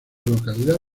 localidad